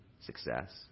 success